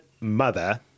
mother